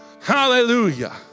Hallelujah